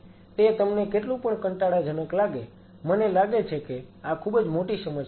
તે તમને કેટલું પણ કંટાળાજનક લાગે મને લાગે છે કે આ ખુબજ મોટી સમસ્યા છે